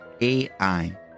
AI